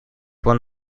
one